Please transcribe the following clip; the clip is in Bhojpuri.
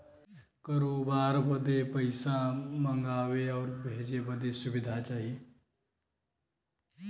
करोबार बदे पइसा मंगावे आउर भेजे बदे सुविधा चाही